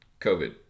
COVID